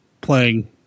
playing